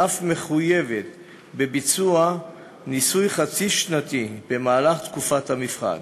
ואף מחויבת בביצוע ניסוי חצי-שנתי במהלך תקופת המבחן,